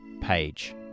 page